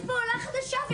יש פה עולה חדשה.